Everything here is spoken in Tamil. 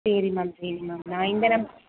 சரி மேம் சரி மேம் நான் இந்த நம்